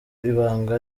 ibanga